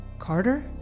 Carter